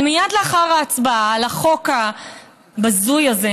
אבל מייד לאחר ההצבעה בקריאה טרומית על החוק הבזוי הזה,